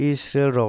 Israel